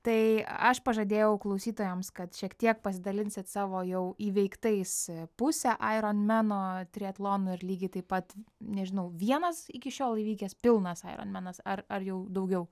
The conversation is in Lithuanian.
tai aš pažadėjau klausytojams kad šiek tiek pasidalinsit savo jau įveiktais pusę aironmeno triatlono ir lygiai taip pat nežinau vienas iki šiol įvykęs pilnas aironmenas ar ar jau daugiau